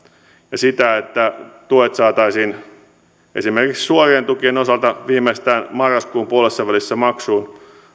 ja se että tuet saataisiin esimerkiksi suorien tukien osalta viimeistään marraskuun puolessavälissä maksuun